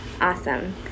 Awesome